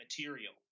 material